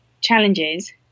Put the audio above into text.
challenges